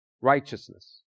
Righteousness